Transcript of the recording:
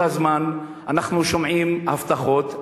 כל הזמן אנחנו שומעים הבטחות,